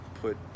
put